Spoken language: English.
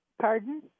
Pardon